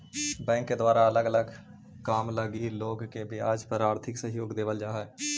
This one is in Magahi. बैंक के द्वारा अलग अलग काम लगी लोग के ब्याज पर आर्थिक सहयोग देवल जा हई